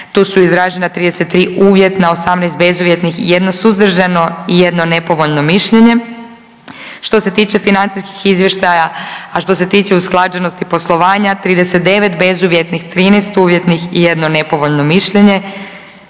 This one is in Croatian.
Tu su izražena 33 uvjetna, 18 bezuvjetnih i 1 suzdržano i 1 nepovoljno mišljenje. Što se tiče financijskih izvještaja, a što se tiče usklađenosti poslovanja 39 bezuvjetnih, 13 uvjetnih i 1 nepovoljno mišljenje.